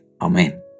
Amen